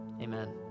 amen